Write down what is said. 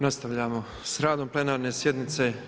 Nastavljamo sa radom plenarne sjednice.